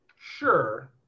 Sure